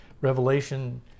Revelation